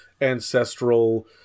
ancestral